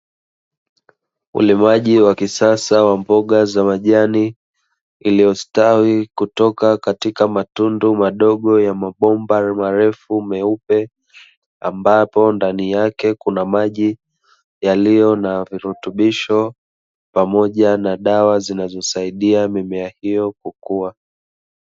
Ulimwaji wa kisasa wa mboga za majani iliyostawi kutoka katika matundu madogo ya mabomba marefu meupe, ambapo ndani yake kuna maji yaliyo na virutubisho pamoja na dawa ambayo inayosaidia mimea hiyo kukua.